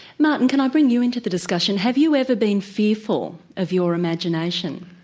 martin, can i bring you into the discussion. have you ever been fearful of your imagination?